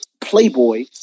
Playboy